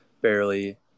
barely